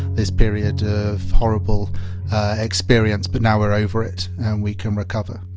this period of horrible experience, but now we're over it and we can recover.